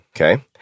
Okay